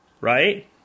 right